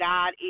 God